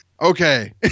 Okay